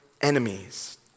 enemies